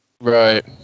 Right